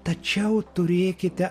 tačiau turėkite